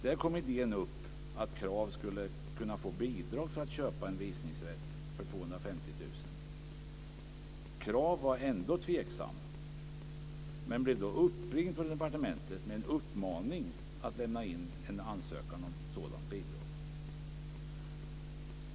Där kom idén upp att Krav skulle kunna få bidrag för att köpa en visningsrätt för 250 000. Krav var ändå tveksam, men blev då uppringd från departementet och uppmanad att lämna in en ansökan om sådant bidrag.